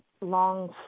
long